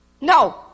No